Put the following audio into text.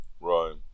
Right